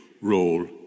role